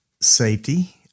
safety